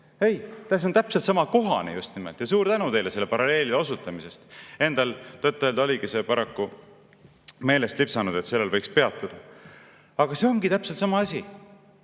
Ei, see on täpselt sama kohane, just nimelt. Suur tänu teile sellele paralleelile osutamise eest! Endal tõtt-öelda oligi paraku meelest lipsanud, et sellel võiks peatuda. Aga see on täpselt sama asi.